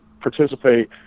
participate